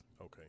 Okay